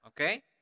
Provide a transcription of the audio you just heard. okay